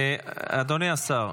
אדוני השר,